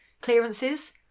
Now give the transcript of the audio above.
clearances